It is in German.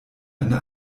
eine